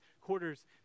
quarters